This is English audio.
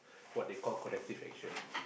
what they call corrective action